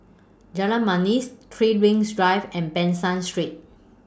Jalan Manis three Rings Drive and Ban San Street